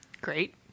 Great